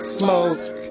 smoke